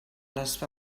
les